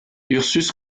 ursus